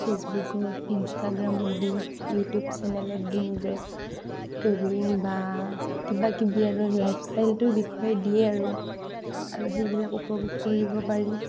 ফেচবুকত ইনষ্টাগ্ৰামত দি ইউটিউব চেনেলত দি নিজৰ ট্ৰেভেলিং বা কিবাকিবি আৰু লাইফষ্টাইলটোৰ বিষয়ে দিয়ে আৰু আৰু সেইবিলাক উপভোগ কৰিব পাৰি